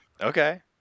Okay